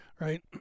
right